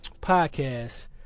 Podcast